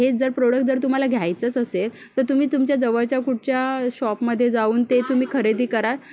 हेच जर प्रोडक जर तुम्हाला घ्यायचंच असेल तर तुम्ही तुमच्या जवळच्या कुठच्या शॉपमध्ये जाऊन ते तुम्ही खरेदी करा